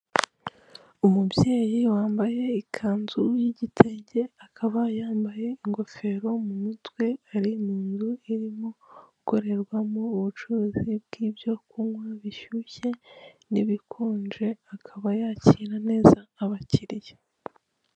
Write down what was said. Umubyeyi wambaye ikanzu y'igitenge, akaba yambaye ingofero mu mutwe, ari mu nzu irimo gukorerwamo ubucuruzi bw'ibyo kunywa bishyushye n'ibikonje akaba yakira neza abakiriya.